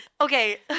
Okay